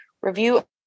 review